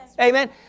Amen